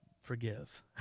forgive